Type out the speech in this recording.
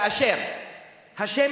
אני חושב שכמו שהשמש,